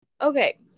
okay